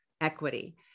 Equity